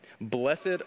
blessed